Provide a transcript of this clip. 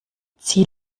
zieh